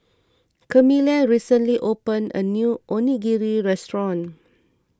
Camila recently opened a new Onigiri restaurant